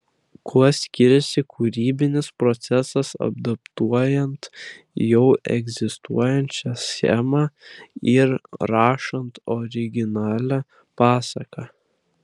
kuo skiriasi kūrybinis procesas adaptuojant jau egzistuojančią schemą ir rašant originalią pasaką